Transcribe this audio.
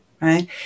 Right